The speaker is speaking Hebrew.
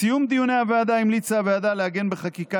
בסיום דיוני הוועדה המליצה הוועדה לעגן בחקיקה